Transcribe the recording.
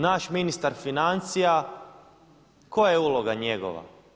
Naš ministar financija koja je uloga njegova?